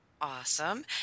Awesome